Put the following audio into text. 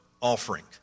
offering